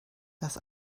das